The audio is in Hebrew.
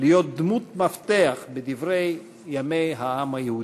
להיות דמות מפתח בדברי ימי העם היהודי.